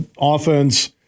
offense